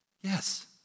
Yes